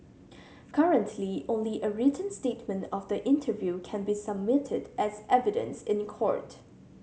currently only a written statement of the interview can be submitted as evidence in court